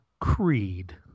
Creed